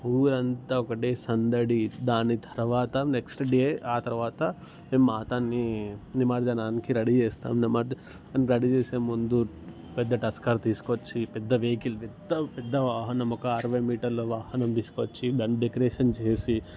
ఊరంతా ఒకటే సందడి దాని తర్వాత నెక్స్ట్ డే ఆ తర్వాత మాతని నిమజ్జనానికి రెడీ చేస్తాం నిమజ్జనానికి రెడీ చేసే ముందు పెద్ద టస్కర్ తీసుకొచ్చి పెద్ద వెహికల్ పెద్ద పెద్ద వాహనం ఒక అరవై మీటర్ల వాహనం తీసుకొచ్చి దాన్ని డెకోరేషన్ చేసి